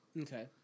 Okay